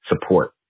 support